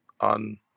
on